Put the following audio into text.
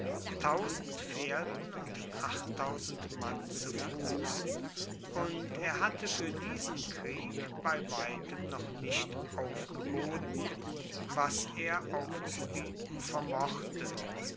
pferden und mann zu fuß und er hatte für diesen krieg bei weitem noch nicht aufgeboten was er aufzubieten vermochte